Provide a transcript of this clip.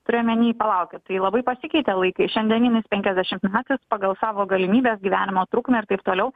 priemeny palaukit tai labai pasikeitė laikai šiandieninis penkiasdešimtmetis pagal savo galimybes gyvenimo trukmę ir taip toliau